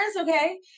Okay